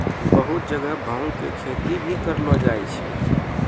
बहुत जगह भांग के खेती भी करलो जाय छै